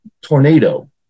tornado